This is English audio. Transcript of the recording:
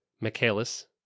michaelis